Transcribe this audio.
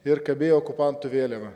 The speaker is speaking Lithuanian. ir kabėjo okupantų vėliava